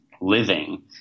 living